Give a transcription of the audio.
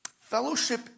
fellowship